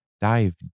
Dive